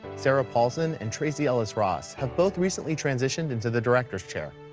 sarah paulson and tracee ellis ross, have both recently transitioned into the director's chair.